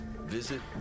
Visit